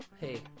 Hey